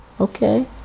Okay